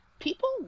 people